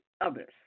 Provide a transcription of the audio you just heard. others